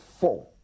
four